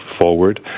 forward